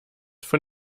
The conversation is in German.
von